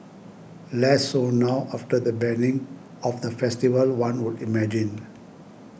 less so now after the banning of the festival one would imagine